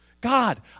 God